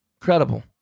incredible